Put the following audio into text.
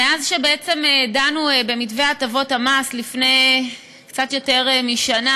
מאז דנו במתווה הטבות המס לפני קצת יותר משנה,